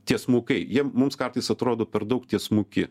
tiesmukai jie mums kartais atrodo per daug tiesmuki